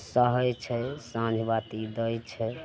सहय छै साँझ बाती दै छै